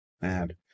Mad